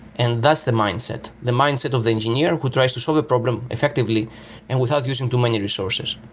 and that's the mindset. the mindset of the engineer who tries to solve a problem effectively and without using too many resources.